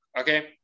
Okay